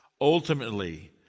ultimately